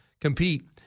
compete